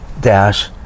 dash